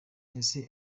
ese